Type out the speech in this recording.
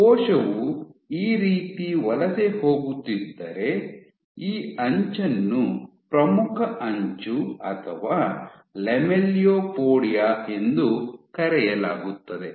ಕೋಶವು ಈ ರೀತಿ ವಲಸೆ ಹೋಗುತ್ತಿದ್ದರೆ ಈ ಅಂಚನ್ನು ಪ್ರಮುಖ ಅಂಚು ಅಥವಾ ಲ್ಯಾಮೆಲಿಯೊಪೊಡಿಯಾ ಎಂದು ಕರೆಯಲಾಗುತ್ತದೆ